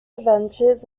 adventures